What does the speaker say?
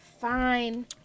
fine